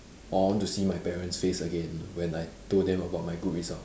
I want to see my parents' face again when I told them about my good result